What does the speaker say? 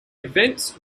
events